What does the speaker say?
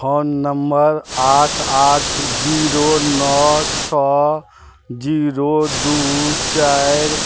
phone number आठ आठ zero नओ छओ जीरो दुइ चारि